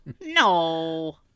no